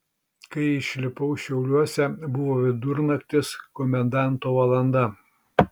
kai išlipau šiauliuose buvo vidurnaktis komendanto valanda